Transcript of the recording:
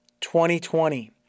2020